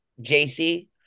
JC